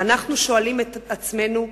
ואנחנו שואלים את עצמנו: